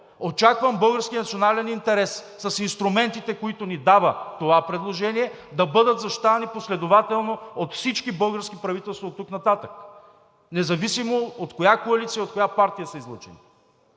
Очаквам българският национален интерес с инструментите, които ни дава това предложение, да бъде защитаван последователно от всички български правителства оттук нататък, независимо от коя коалиция, от коя партия са излъчени.